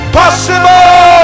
possible